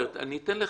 אני אתן לך.